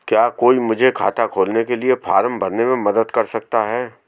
क्या कोई मुझे खाता खोलने के लिए फॉर्म भरने में मदद कर सकता है?